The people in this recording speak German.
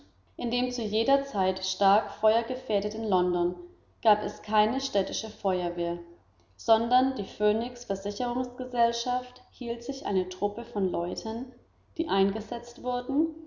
zu jener zeit stark feuergefährdeten london gab es keine städtische feuerwehr sondern die phönix versicherungsgesellschaft hielt sich eine truppe von leuten die eingesetzt wurden